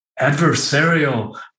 adversarial